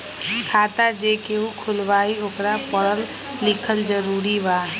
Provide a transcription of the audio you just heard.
खाता जे केहु खुलवाई ओकरा परल लिखल जरूरी वा?